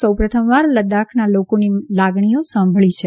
સૌપ્રથમવાર લદ્દાખના લોકોની લાગણીઓ સાંભળી છે